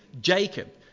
Jacob